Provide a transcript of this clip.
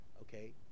Okay